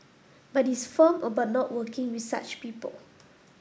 but he is firm about not working with such people